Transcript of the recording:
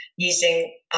using